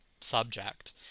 subject